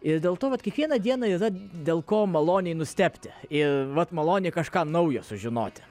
ir dėl to vat kiekvieną dieną yra dėl ko maloniai nustebti ir vat maloniai kažką naujo sužinoti